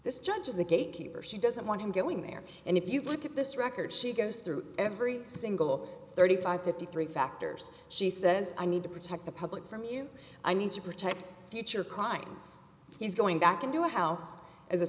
this judge is the gatekeeper she doesn't want him going there and if you look at this record she goes through every single thirty five fifty three factors she says i need to protect the public from you i need to protect future crimes he's going back into our house as a